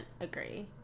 agree